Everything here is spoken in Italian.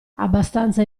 abbastanza